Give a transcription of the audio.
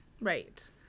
Right